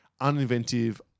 uninventive